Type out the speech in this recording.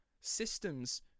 Systems